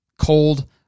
cold